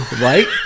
Right